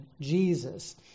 Jesus